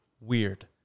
weird